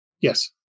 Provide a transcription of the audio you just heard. yes